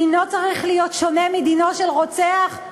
דינו צריך להיות שונה מדינו של רוצח?